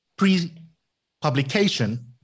pre-publication